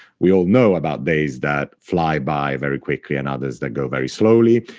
we all know about days that fly by very quickly and others that go very slowly.